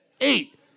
eight